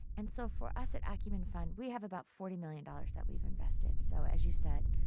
and so for us at acumen fund, we have about forty million dollars that we've invested. so as you said,